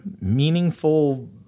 meaningful